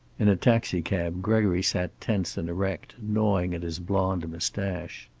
in a taxicab gregory sat tense and erect, gnawing at his blond mustache.